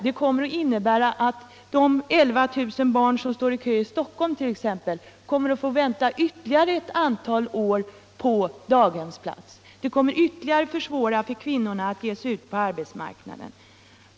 Det innebär att t.ex. de 11 000 barn som står i kö i Stockholm får vänta ytterligare ett antal år på daghemsplats. Det gör det ännu svårare för kvinnorna att ge sig ut på arbetsmarknaden.